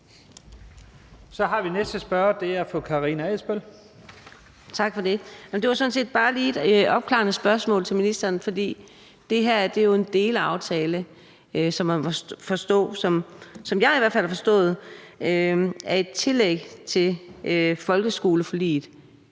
fru Karina Adsbøl. Kl. 15:19 Karina Adsbøl (DD): Tak for det. Det var sådan set bare lige et opklarende spørgsmål til ministeren. For det her er jo en delaftale, som man må forstå og som jeg i hvert fald har forstået er et tillæg til folkeskoleforliget.